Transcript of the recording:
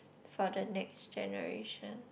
for the next generation